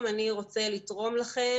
זה כולל גיוס תרומות שלא עברו דרך הצינור הראשי.